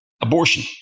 abortion